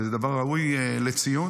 וזה דבר ראוי לציון.